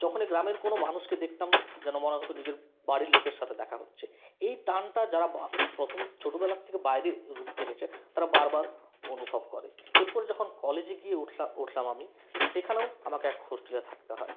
যখনই গ্রামের কোনো মানুষকে দেখতাম যেন মনে হতো নিজের বাড়ির লোকের সাথে দেখা হচ্ছে এই টানটা যারা বা প্রথম ছোটোবেলার থেকে বাইরে থেকেছে তারা বারবার অনুভব করে এরপর যখন কলেজে গিয়ে উঠলা উঠলাম আমি সেখানেও আমাকে এক হোস্টেলে থাকতে হয়